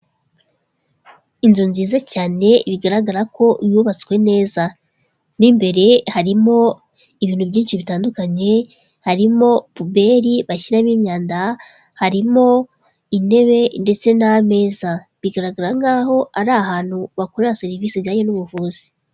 Inzu nziza cyane bigaragara ko yubatswe neza, mo imbere harimo ibintu byinshi bitandukanye, harimo puberi bashyiramo imyanda, harimo intebe ndetse n'ameza, bigaragara nkaho ari ahantu bakorera serivisi zijyanye n'ubuvuzi.